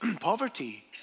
poverty